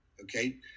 okay